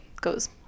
goes